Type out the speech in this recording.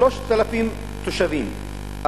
3,000 תושבים,